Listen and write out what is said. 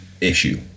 issue